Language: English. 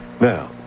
Now